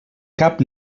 cap